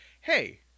Hey